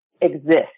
exist